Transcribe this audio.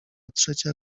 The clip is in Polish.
trzecia